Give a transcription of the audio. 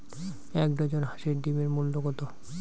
এক ডজন হাঁসের ডিমের মূল্য কত?